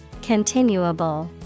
Continuable